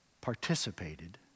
participated